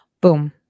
Boom